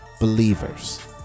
believers